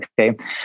Okay